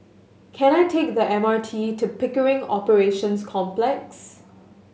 can I take the M R T to Pickering Operations Complex